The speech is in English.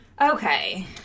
Okay